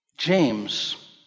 James